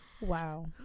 wow